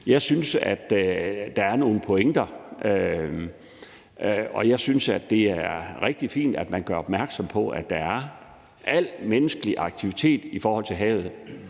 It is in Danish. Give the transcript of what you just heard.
Jeg synes, at der er nogle pointer, og jeg synes, at det er rigtig fint, at man gør opmærksom på al menneskelig aktivitet i forhold til havet.